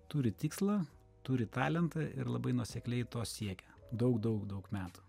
turi tikslą turi talentą ir labai nuosekliai to siekia daug daug daug metų